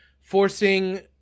forcing